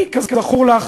היא כזכור לך